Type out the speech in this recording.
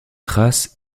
thrace